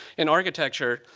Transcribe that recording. in architecture,